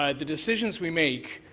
um the decisions we make